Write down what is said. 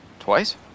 Twice